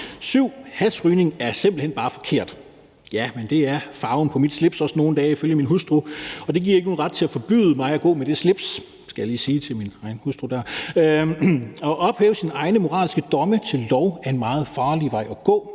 7) Hashrygning er simpelt hen bare forkert. Ja, men det er farven på mit slips nogle af dagene også ifølge min hustru, og det giver ikke nogen ret til at forbyde mig at gå med det slips. Det skal jeg lige sige til min egen hustru, og at ophæve sine egne moralske domme til lov er en meget farlig vej at gå,